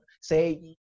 say